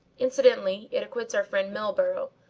incidentally, it acquits our friend milburgh,